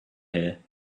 here